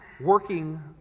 working